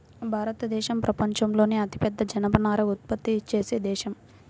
భారతదేశం ప్రపంచంలోనే అతిపెద్ద జనపనార ఉత్పత్తి చేసే దేశం